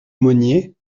monnier